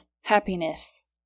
happiness